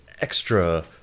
extra